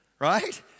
right